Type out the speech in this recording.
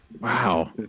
Wow